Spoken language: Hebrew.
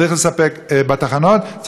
צריך לספק אוטובוסים.